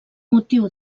motiu